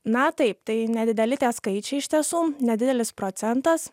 na taip tai nedideli skaičiai iš tiesų nedidelis procentas